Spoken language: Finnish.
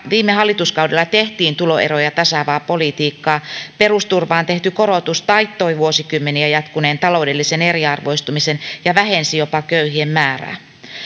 viime hallituskaudella tehtiin tuloeroja tasaavaa politiikkaa perusturvaan tehty korotus taittoi vuosikymmeniä jatkuneen taloudellisen eriarvoistumisen ja jopa vähensi köyhien määrää